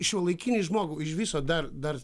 šiuolaikinį žmogų iš viso dar dar